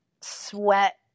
sweat